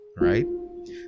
right